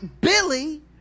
Billy